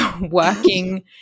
working